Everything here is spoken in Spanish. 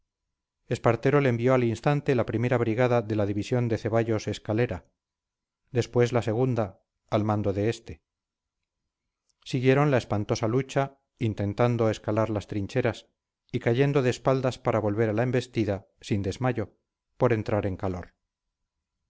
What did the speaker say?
refuerzos espartero le envió al instante la primera brigada de la división de ceballos escalera después la segunda al mando de este siguieron la espantosa lucha intentando escalar las trincheras y cayendo de espaldas para volver a la embestida sin desmayo por entrar en calor